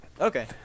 Okay